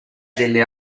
delle